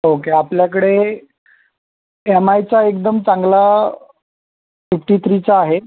okay आपल्याकडे M आयचा एकदम चांगला फिफ्टी थ्रीचा आहे